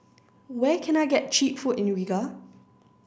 where can I get cheap food in Riga